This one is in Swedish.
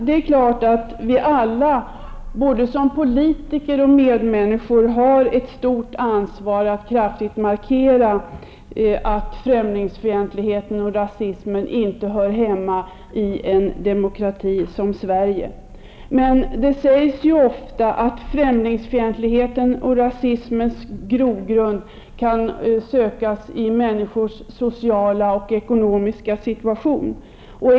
Det är klart att vi alla, både som politiker och medmänniskor, har ett stort ansvar för att kraftigt markera att främlingsfientligheten och rasismen inte hör hemma i en demokrati som Sverige. Men det sägs ju ofta att främlingsfientlighetens och rasismens grogrund kan sökas i människors sociala och ekonomiska situation.